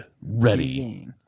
Ready